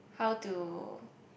how to